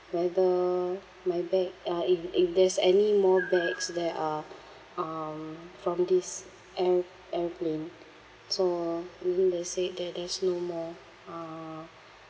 whether my bag uh if if there's anymore bags that are um from this air~ airplane so and then they said that there's no more uh